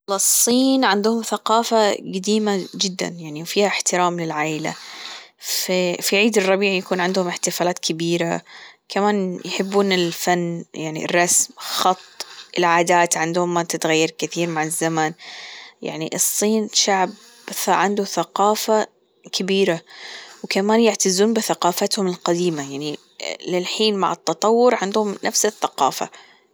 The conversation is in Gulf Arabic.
الصين عندهم ثقافة جديمة جدا وفيها احترام للعائلة في عيد الربيع يكون عندهم إحتفالات كبيرة كمان يحبون الفن يعني الرسم الخط العادات عندهم ما بتتغير كثير مع الزمن يعني الصين شعب عنده ثقافة كبيرة وكمان يعتزون بثقافتهم القديمة يعني للحين مع التطور عندهم نفس الثقافة.